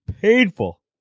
painful